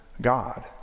God